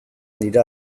dira